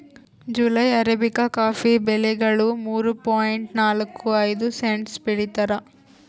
July arabica coffee ಬೆಲೆಗಳು ಮೂರು point ನಾಲ್ಕು ಐದು ಸೆಂಟ್ಸ್ ಬೆಳೀತಾರ